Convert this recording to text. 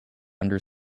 under